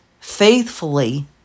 faithfully